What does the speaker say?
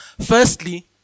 Firstly